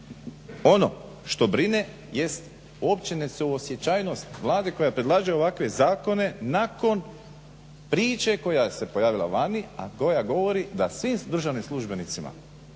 Ono što brine jest uopće ne suosjećajnost Vlade koja predlaže ovakve zakone nakon priče koja se pojavila vani a koja govori da svim državnim službenicima